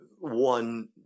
one